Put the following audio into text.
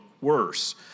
worse